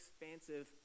expansive